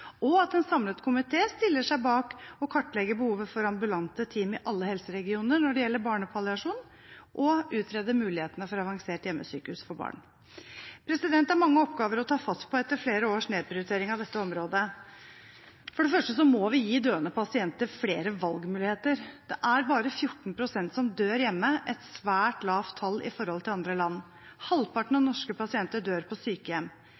for at en samlet komité stiller seg bak å kartlegge behovet for ambulante team i alle helseregioner når det gjelder barnepalliasjon, og utrede mulighetene for avansert hjemmesykehus for barn. Det er mange oppgaver å ta fatt på etter flere års nedprioritering av dette området. For det første må vi gi døende pasienter flere valgmuligheter. Det er bare 14 pst. som dør hjemme, et svært lavt tall i forhold til andre land. Halvparten av norske pasienter dør på sykehjem.